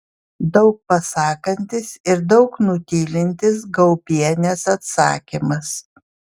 daug pasakantis ir daug nutylintis gaubienės atsakymas